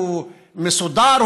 הוא מסודר,